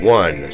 one